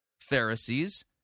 Pharisees